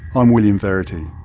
i'm william verity.